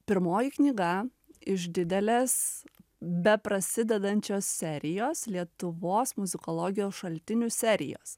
pirmoji knyga iš didelės beprasidedančios serijos lietuvos muzikologijos šaltinių serijos